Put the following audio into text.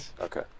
Okay